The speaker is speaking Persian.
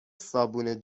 صابون